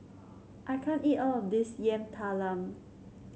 I can't eat all of this Yam Talam